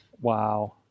wow